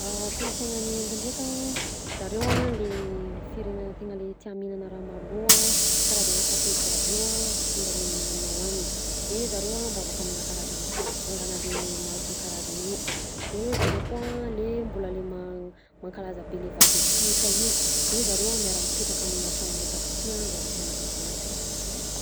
Kolonsaina any Inde ndreka a zareo a le firenena tena le tià mihinana raha malaho a karazana sakay jiaby io a ataonjareo amina hanina hoanina de zareo a mivavaka amina karazana sarivongana le maro isan-karazany io de zareo koa le mbola le man- mankalaza be le vady atolotra io de zareo miara mipetraka amina trano raika aby si zareo fianakaviana.